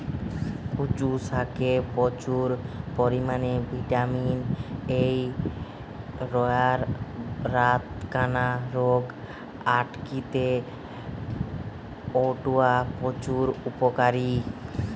কচু শাকে প্রচুর পরিমাণে ভিটামিন এ রয়ায় রাতকানা রোগ আটকিতে অউটা প্রচুর উপকারী